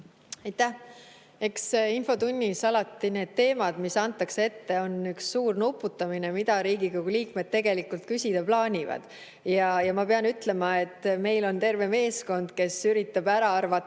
need infotunni teemad, mis antakse ette, ole alati üks suur nuputamine, mida Riigikogu liikmed tegelikult küsida plaanivad. Ma pean ütlema, et meil on terve meeskond, kes üritab ära arvata,